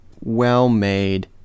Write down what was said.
well-made